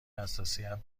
حساسیت